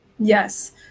Yes